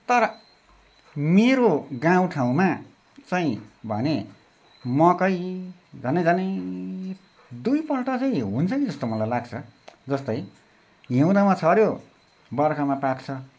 तर मेरो गाउँठाउँमा चाहिँ भने मकै झन्डै झन्डै दुईपल्ट चाहिँ हुन्छ कि जस्तो मलाई लाग्छ जस्तै हिउँदमा छर्यो बर्खामा पाक्छ